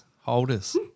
holders